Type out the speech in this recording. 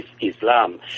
Islam